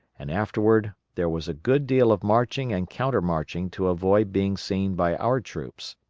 and afterward there was a good deal of marching and countermarching to avoid being seen by our troops.